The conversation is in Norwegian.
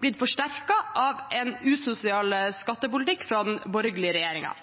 blitt forsterket av en usosial skattepolitikk fra den borgerlige